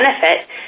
benefit